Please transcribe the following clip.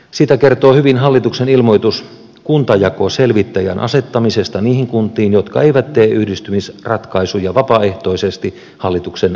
siitä kertoo hyvin hallituksen ilmoitus kuntajakoselvittäjän asettamisesta niihin kuntiin jotka eivät tee yhdistymisratkaisuja vapaaehtoisesti hallituksen nuottien mukaisesti